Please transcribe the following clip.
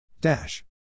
Dash